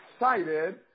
excited